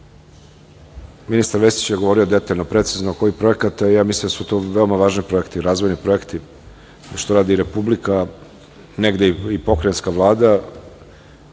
Vesić je govorio detaljno, precizno oko ovih projekata. Ja mislim da su to veoma važni projekti, razvojni projekti, što radi i Republika, a negde i Pokrajinska Vlada